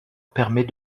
permet